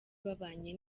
babanye